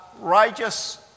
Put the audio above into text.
righteous